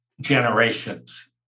generations